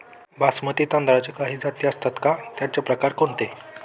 बासमती तांदळाच्या काही जाती असतात का, त्याचे प्रकार कोणते?